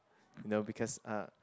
no because ah